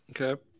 okay